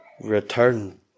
return